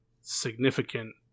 significant